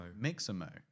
Mixamo